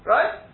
Right